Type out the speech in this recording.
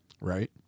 Right